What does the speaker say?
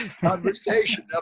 conversation